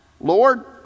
Lord